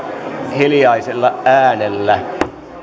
hiljaisella äänellä